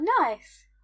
nice